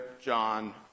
John